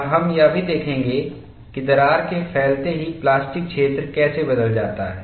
और हम यह भी देखेंगे कि दरार के फैलते ही प्लास्टिक क्षेत्र कैसे बदल जाता है